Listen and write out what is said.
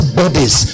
bodies